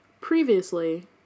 Previously